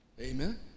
Amen